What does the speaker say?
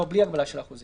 לא, בלי הגבלה של אחוזים.